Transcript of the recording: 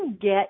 get